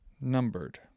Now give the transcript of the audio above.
numbered